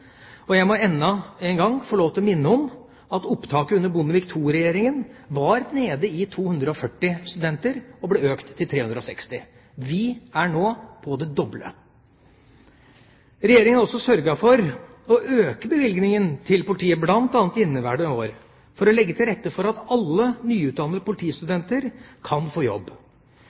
studenter. Jeg må enda en gang få lov til å minne om at opptaket under Bondevik II-regjeringa var nede i 240 studenter, og ble økt til 360. Vi er nå på det doble. Regjeringa har også sørget for å øke bevilgningen til politiet, bl.a. i inneværende år, for å legge til rette for at alle nyutdannede politistudenter kan få jobb.